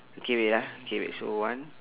okay wait ah okay wait so one